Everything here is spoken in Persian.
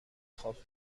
خواب